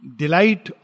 delight